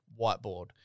whiteboard